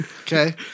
Okay